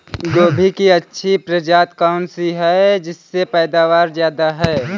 गोभी की अच्छी प्रजाति कौन सी है जिससे पैदावार ज्यादा हो?